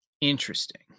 Interesting